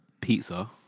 Pizza